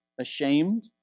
ashamed